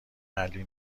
علی